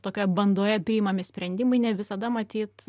tokioje bandoje priimami sprendimai ne visada matyt